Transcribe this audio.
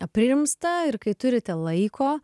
aprimsta ir kai turite laiko